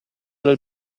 del